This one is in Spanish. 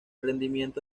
rendimiento